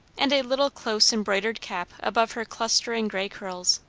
and a little close embroidered cap above her clustering grey curls.